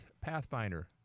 Pathfinder